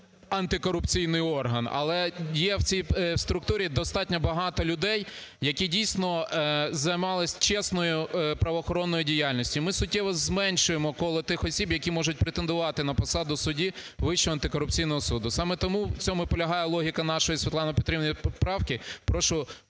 антикорупційний орган, але є в цій структурі достатньо багато людей, які дійсно займалися чесною правоохоронною діяльністю. Ми суттєво зменшуємо коло тих осіб, які можуть претендувати на посаду судді Вищого антикорупційного суду. Саме в тому і полягає логіка нашої із Світланою Петрівною правки.